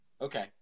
Okay